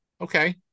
Okay